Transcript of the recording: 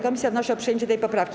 Komisja wnosi o przyjęcie tej poprawki.